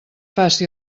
faci